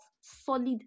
solid